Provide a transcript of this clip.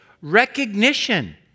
recognition